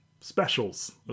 specials